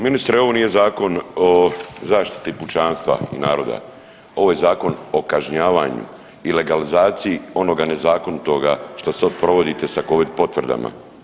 Ministre ovo nije zakon o zaštiti pučanstva i naroda, ovo je zakon o kažnjavanju i legalizaciji onoga nezakonitoga što sad provodite sa Covid potvrdama.